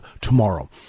tomorrow